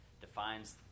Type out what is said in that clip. defines